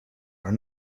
are